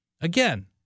Again